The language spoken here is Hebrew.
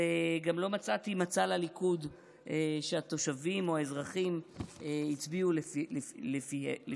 וגם לא מצאתי מצע לליכוד שהתושבים או האזרחים הצביעו לפיו.